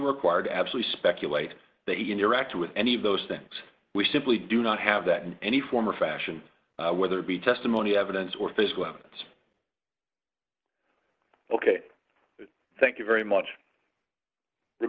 required absolutely speculate that he interacted with any of those things we simply do not have that in any form or fashion whether it be testimony evidence or physical evidence ok thank you very much the